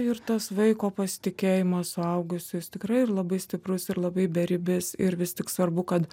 ir tas vaiko pasitikėjimas suaugusiais tikrai labai stiprus ir labai beribis ir vis tik svarbu kad